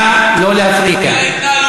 זו ההתנהלות,